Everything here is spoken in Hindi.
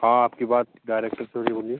हाँ आपकी बात डायरेक्टर से हो रही है बोलिए